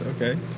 Okay